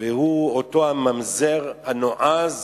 והוא אותו הממזר הנועז